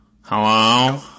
Hello